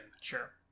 Sure